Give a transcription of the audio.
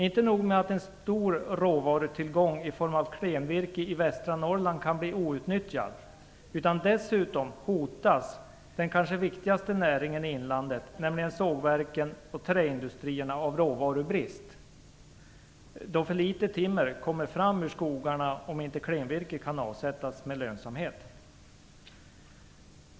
Inte nog med att en stor råvarutillgång i form av klenvirke i västra Norrland kan bli outnyttjad, dessutom hotas den kanske viktigaste näringen i inlandet, nämligen sågverken och träindustrierna, av råvarubrist. För litet timmer kommer fram ur skogarna om inte klenvirke kan avsättas med lönsamhet.